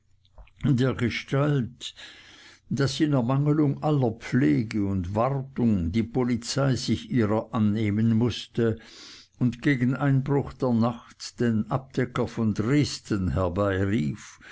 dergestalt daß in ermangelung aller pflege und wartung die polizei sich ihrer annehmen mußte und gegen einbruch der nacht den abdecker von dresden herbeirief